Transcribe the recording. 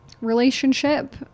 relationship